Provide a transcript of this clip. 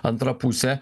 antra pusė